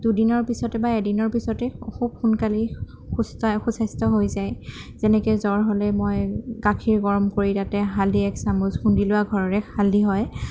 দুদিনৰ পিছত বা এদিনৰ পিছতেই খুব সোনকালেই সুস্থ সুস্বাস্থ্য হৈ যায় যেনেকৈ জ্বৰ হ'লে মই গাখীৰ গৰম কৰি তাতে হালধি একচামুচ খুন্দি লোৱা ঘৰৰে হালধী হয়